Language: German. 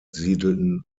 siedelten